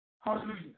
Hallelujah